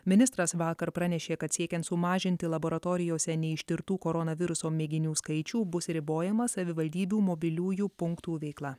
ministras vakar pranešė kad siekiant sumažinti laboratorijose neištirtų koronaviruso mėginių skaičių bus ribojama savivaldybių mobiliųjų punktų veikla